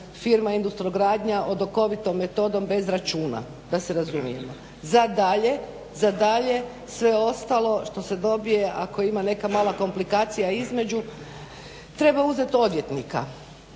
firma Industrogradnja od okovitom metodom bez računa da se razumijemo. Za dalje sve ostalo što se dobije ako ima neka mala komplikacija između treba uzet odvjetnika.